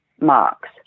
marks